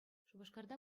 шупашкарта